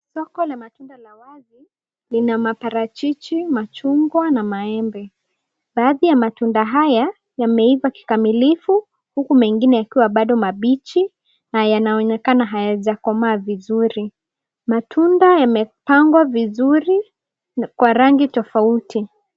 Soko la matunda la wazi lina maparachichi, machungwa na maembe. Baadhi ya matunda haya yameiva kikamilifu huku mengine yakiwa bado mabichi na yanaonekana hayaja komaa vizuri. Matunda yamepangwa vizuri kwa rangi tofauti.